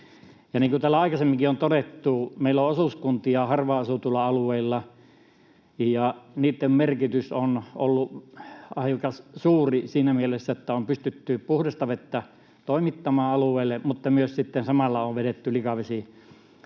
täällä aikaisemminkin on todettu, meillä on osuuskuntia harvaan asutuilla alueilla, ja niitten merkitys on ollut aika suuri siinä mielessä, että on pystytty puhdasta vettä toimittamaan alueelle, mutta myös sitten samalla on vedetty likavesiverkostot